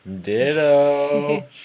Ditto